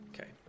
okay